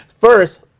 First